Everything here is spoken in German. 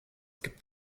gibt